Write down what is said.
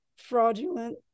fraudulent